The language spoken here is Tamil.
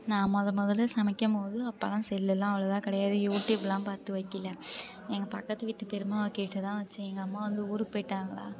நான் மொதல் முதல்ல சமைக்கும்போது அப்போலாம் செல்லெல்லாம் அவ்வளதாக கிடையாது யூடியூப்லாம் பார்த்து வைக்கல எங்கள் பக்கத்து வீட்டு பெரியம்மாவை கேட்டுதான் வெச்சேன் எங்கள் அம்மா வந்து ஊருக்கு போய்ட்டாங்களா